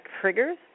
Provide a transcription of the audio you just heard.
triggers